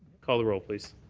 call the roll, please.